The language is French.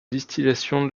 distillation